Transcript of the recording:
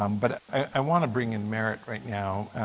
um but i want to bring in marriage right now,